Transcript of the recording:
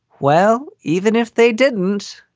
well, even if they didn't,